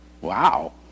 Wow